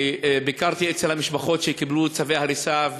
וביקרתי אצל המשפחות שקיבלו צווי הריסה.